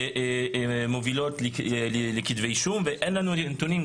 מובילות לכתבי אישום ואין לנו נתונים,